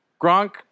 Gronk